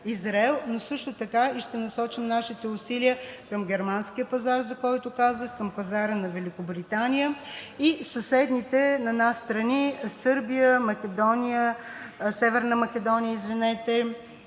Също така ще насочим нашите усилия към германския пазар, за който казах, към пазара на Великобритания и съседните на нас страни – Сърбия, Северна Македония, Гърция и